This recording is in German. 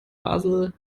basel